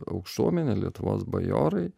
aukštuomenė lietuvos bajorai